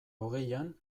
hogeian